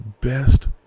best